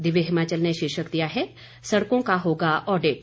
दिव्य हिमाचल ने शीर्षक दिया है सड़कों का होगा ऑडिट